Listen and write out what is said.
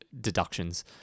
deductions